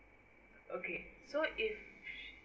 okay so if